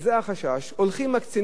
הולכים ומקצינים עמדות,